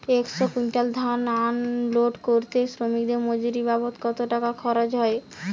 একশো কুইন্টাল ধান আনলোড করতে শ্রমিকের মজুরি বাবদ কত টাকা খরচ হয়?